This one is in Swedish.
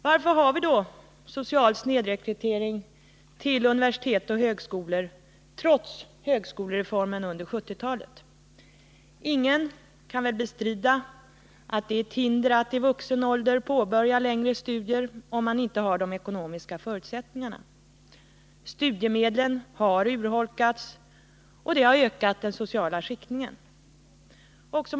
Varför har vi då, trots högskolereformen från 1970-talet, en social snedrekrytering till universitet och högskolor? Ingen kan väl bestrida att det är ett hinder att i vuxen ålder påbörja längre studier om man inte har de ekonomiska förutsättningarna. Studiemedlen har urholkats och det har ökat den sociala skiktningen.